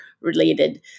related